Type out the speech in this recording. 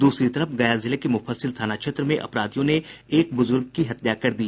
दूसरी तरफ गया जिले के मुफस्सिल थाना क्षेत्र में अपराधियों ने एक बुजुर्ग की हत्या कर दी